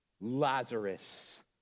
Lazarus